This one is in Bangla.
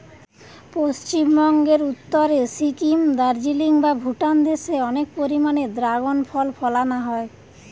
পশ্চিমবঙ্গের উত্তরে সিকিম, দার্জিলিং বা ভুটান দেশে অনেক পরিমাণে দ্রাগন ফল ফলানা হয়